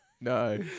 no